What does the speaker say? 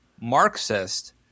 Marxist